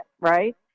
right